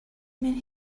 mean